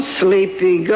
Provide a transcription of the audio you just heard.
sleepy